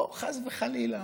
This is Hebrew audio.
או "חס וחלילה"